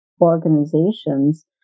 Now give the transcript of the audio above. organizations